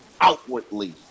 outwardly